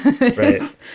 Right